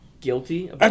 guilty